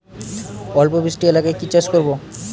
অল্প বৃষ্টি এলাকায় কি চাষ করব?